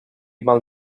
mal